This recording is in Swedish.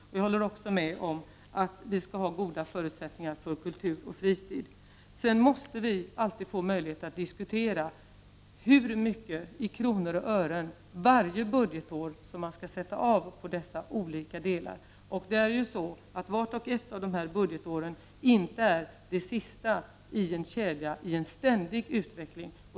Jag håller också med om att vi skall ha goda förutsättningar för kultur och fritid. Sedan måste vi alltid få möjlighet att diskutera hur mycket i kronor och ören man varje budgetår skall sätta av på dessa olika delar. Vart och ett av de här budgetåren är inte det sista i en kedja i ständig utveckling.